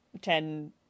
ten